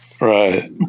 right